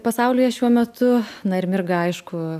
pasaulyje šiuo metu na ir mirga aišku